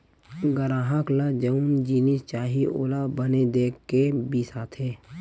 गराहक ल जउन जिनिस चाही ओला बने देख के बिसाथे